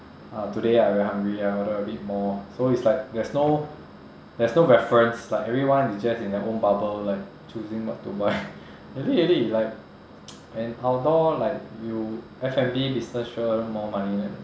uh today I very hungry I order a bit more so it's like there's no there's no reference like everyone is just in their own bubble like choosing what to buy really really like and outdoor like you F&B business sure more money